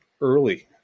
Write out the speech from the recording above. early